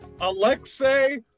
Alexei